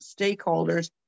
stakeholders